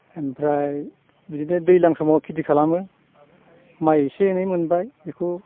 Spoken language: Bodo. ओमफ्राय बिदिनो दैज्लां समाव खिथि खालामो माइ एसे एनै मोनबाय बेखौ